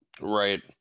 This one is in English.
Right